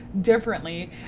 differently